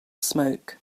smoke